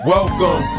Welcome